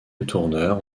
letourneur